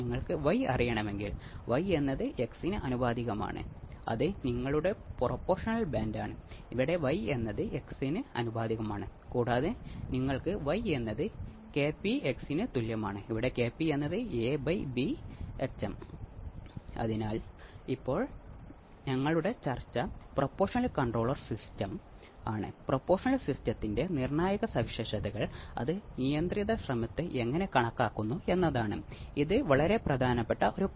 R F R I എന്നിവയുടെ മൂല്യം മാറ്റിക്കൊണ്ട് എനിക്ക് ആംപ്ലിഫിക്കേഷൻ ഫാക്ടർ മാറ്റാൻ കഴിയും എന്നതാണ് നേട്ടം